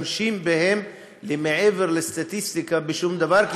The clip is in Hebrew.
שמשתמשים בהם מעבר לסטטיסטיקה בשום דבר,